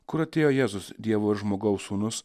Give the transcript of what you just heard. kur atėjo jėzus dievo ir žmogaus sūnus